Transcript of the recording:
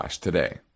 today